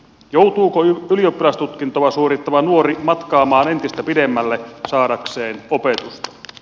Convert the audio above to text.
joutuuko ylioppilastutkintoa suorittava nuori matkaamaan entistä pidemmälle saadakseen opetusta